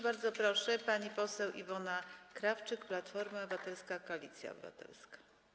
Bardzo proszę, pani poseł Iwona Krawczyk, Platforma Obywatelska - Koalicja Obywatelska.